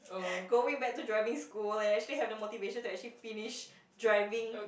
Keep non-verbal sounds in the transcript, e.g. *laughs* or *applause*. *laughs* going back to driving school and actually have the motivation to actually finish driving